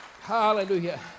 Hallelujah